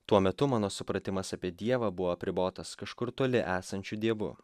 tuo metu mano supratimas apie dievą buvo apribotas kažkur toli esančiu dievu